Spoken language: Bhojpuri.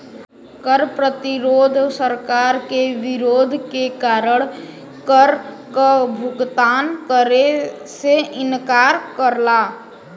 कर प्रतिरोध सरकार के विरोध के कारण कर क भुगतान करे से इंकार करला